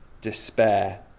despair